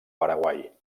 paraguai